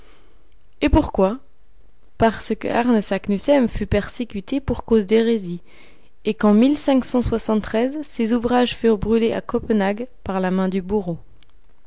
et pourquoi parce que arne saknussemm fut persécuté pour cause d'hérésie et qu'en ses ouvrages furent brûlés à copenhague par la main du bourreau